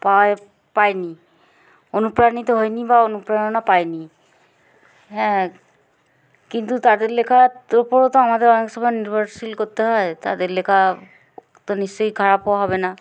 পাওয়া পাইনি অনুপ্রাণিত হয়নি বা অনুপ্রেরণা পাইনি হ্যাঁ কিন্তু তাদের লেখার উপরও তো আমাদের অনেক সময় নির্ভরশীল করতে হয় তাদের লেখা তো নিশ্চয়ই খারাপও হবে না